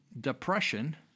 Depression